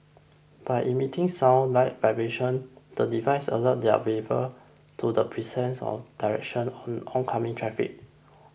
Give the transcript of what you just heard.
by emitting sound light and vibrations the devices alert their wearer to the presence and direction of oncoming traffic